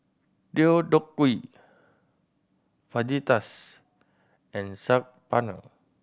Deodeok Gui Fajitas and Saag Paneer